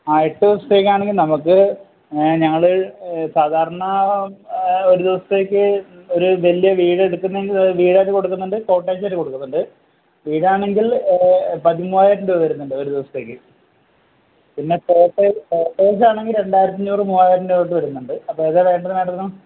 ആ എട്ട് ദിവസത്തേക്കാണെങ്കില് നമുക്ക് ഞങ്ങള് സാധാരണ ഒരു ദിവസത്തേക്ക് ഒരു വലിയ വീടായിട്ടും കൊടുക്കുന്നുണ്ട് കോട്ടേജായിട്ടും കൊടുക്കുന്നുണ്ട് വീടാണെങ്കിൽ പതിമൂവായിരം രൂപ വരുന്നുണ്ട് ഒരു ദിവസത്തേക്ക് പിന്നെ കോട്ടേജാണെങ്കില് രണ്ടായിരത്തിയഞ്ഞൂറ് മൂവായിരം രൂപതൊട്ട് വരുന്നുണ്ട് അപ്പോള് ഏതാണ് വേണ്ടത് മേഡത്തിന്